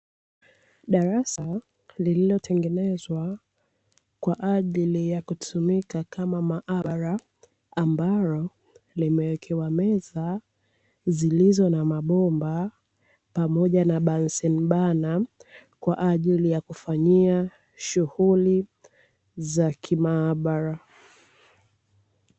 Darasa lililotengenezwa kwa ajili ya kutumika kama maabara, ambalo limewekewa meza zilizo na mabomba, pamoja na bansenbana kwa ajili ya kufanyia shuhuli za kimaabara.